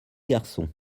garçons